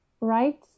right